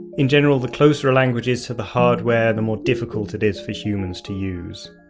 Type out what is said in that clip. in general, the closer a language is to the hardware, the more difficult it is for humans to use.